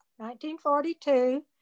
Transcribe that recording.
1942